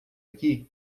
aqui